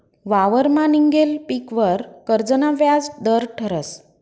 वावरमा निंघेल पीकवर कर्जना व्याज दर ठरस